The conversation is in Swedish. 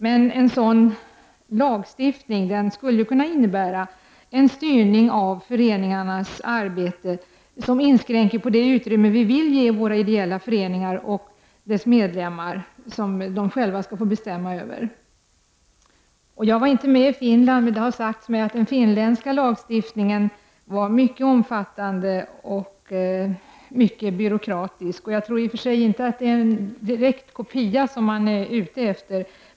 Men en sådan lagstiftning skulle kunna innebära en styrning av föreningarnas arbete. Därmed skulle det utrymme inskränkas som vi vill ge våra ideella föreningar och deras medlemmar och som de själva skall få bestämma över. Jag var inte med vid besöket i Finland. Men det har sagts mig att den finländska lagstiftningen är mycket omfattande och mycket byråkratisk. I och för sig tror jag inte att man är ute efter att åstadkomma en direkt kopia av det finländska systemet.